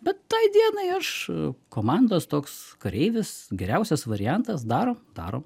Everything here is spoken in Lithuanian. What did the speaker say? bet tai dienai aš komandos toks kareivis geriausias variantas darom darom